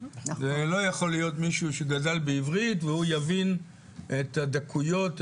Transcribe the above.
לא יכול להיות מישהו שגדל בעברית והוא יבין את הדקויות,